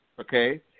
okay